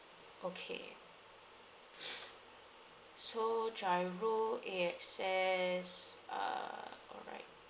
okay so giro A_X_S err all right